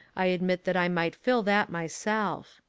i admit that i might fill that my self.